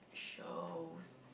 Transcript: shows